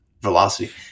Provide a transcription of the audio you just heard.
velocity